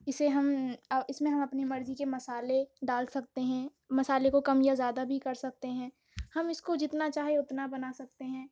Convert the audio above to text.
اسے ہم اس میں ہم اپنی مرضی کے مسالے ڈال سکتے ہیں مسالے کو کم یا زیادہ بھی کر سکتے ہیں ہم اس کو جتنا چاہے اتنا بنا سکتے ہیں